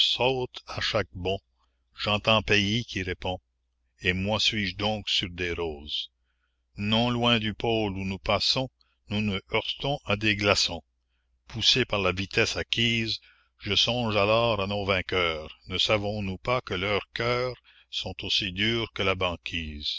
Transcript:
saute à chaque bond j'entends pays qui répond et moi suis-je donc sur des roses non loin du pôle où nous passons nous nous heurtons à des glaçons poussés par la vitesse acquise je songe alors à nos vainqueurs ne savons-nous pas que leurs cœurs sont aussi durs que la banquise